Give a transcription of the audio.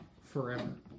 forever